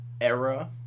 era